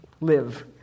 live